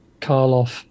Karloff